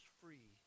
free